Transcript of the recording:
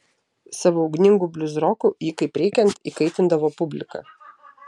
savo ugningu bliuzroku ji kaip reikiant įkaitindavo publiką